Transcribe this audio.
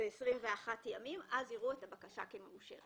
ב-21 ימים, יראו את הבקשה כמאושרת.